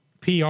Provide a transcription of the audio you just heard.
PR